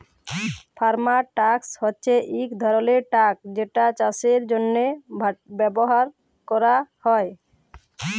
farm truck হছে ইক ধরলের ট্রাক যেটা চাষের জ্যনহে ব্যাভার ক্যরা হ্যয়